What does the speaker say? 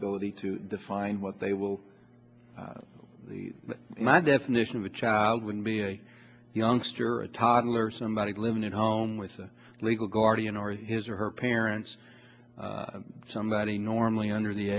ability to define what they will my definition of a child would be a youngster a toddler somebody living at home with a legal guardian or his or her parents somebody normally under the